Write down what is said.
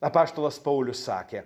apaštalas paulius sakė